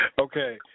Okay